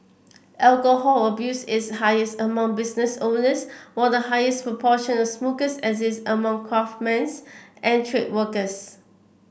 alcohol abuse is highest among business owners while the highest proportion of smokers exists among craftsmen's and trade workers